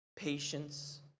Patience